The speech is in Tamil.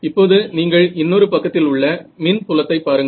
இப்போது நீங்கள் இன்னொரு பக்கத்தில் உள்ள மின் புலத்தை பாருங்கள்